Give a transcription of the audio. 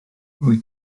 wyt